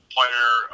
player